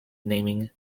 naming